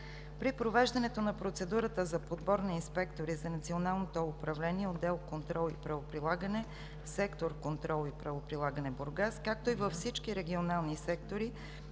При провеждането на процедурата за подбор на инспектори за Национално ТОЛ управление, отдел „Контрол и правоприлагане“, сектор „Контрол и правоприлагане“ – Бургас, както и във всички регионални сектори